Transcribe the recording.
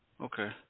Okay